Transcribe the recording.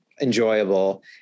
enjoyable